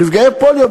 נפגעי פוליו,